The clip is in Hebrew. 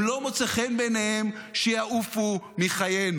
אם לא מוצא חן בעיניהם שיעופו מחיינו.